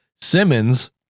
Simmons